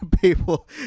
people